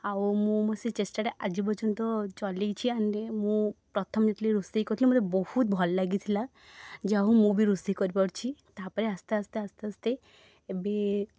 ଆଉ ମୁଁ ମୋ ସେଇ ଚେଷ୍ଟାଟା ଆଜି ପର୍ଯ୍ୟନ୍ତ ଚଲେଇଛି ଆଣ୍ଡ ମୁଁ ପ୍ରଥମେ ଯେତେବେଳେ ରୋଷେଇ କରଥିଲି ମୋତେ ବହୁତ ଭଲ ଲାଗିଥିଲା ଯାହା ହେଉ ମୁଁ ବି ରୋଷେଇ କରିପାରୁଛି ତା'ପରେ ଆସ୍ତେ ଆସ୍ତେ ଆସ୍ତେ ଆସ୍ତେ ଏବେ